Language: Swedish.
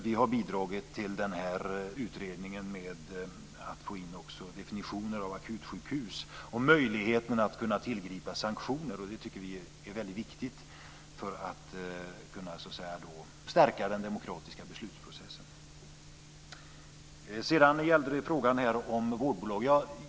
Vi har bidragit till utredningen med att få in definitioner av akutsjukhus och möjligheten att tillgripa sanktioner. Det tycker vi är väldigt viktigt för att kunna stärka den demokratiska beslutsprocessen. Sedan gällde det frågan om vårdbolag.